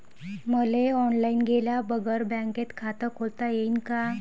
मले ऑनलाईन गेल्या बगर बँकेत खात खोलता येईन का?